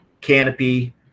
canopy